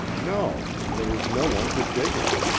no there is no one to dig it.